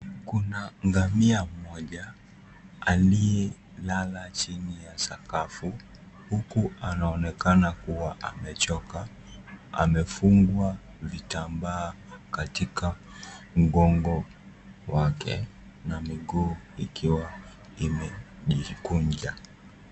Kuna ngamia mmoja aliyelala chini ya sakafu, huku anaonekana kuwa amechoka. Amefungwa vitambaa katika mgongo wake na miguu ikiwa imejigunja.